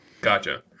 Gotcha